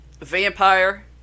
vampire